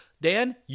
Dan